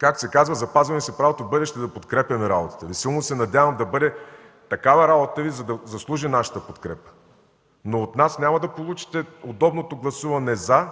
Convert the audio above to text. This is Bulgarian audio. Както се казва, запазваме си правото в бъдеще да подкрепяме работата Ви. Силно се надявам да бъде такава работата Ви, че да заслужи нашата подкрепа, но от нас няма да получите удобното гласуване „за”,